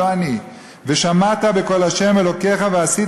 לא אני: "ושמעת בקול ה' אלוקיך ועשית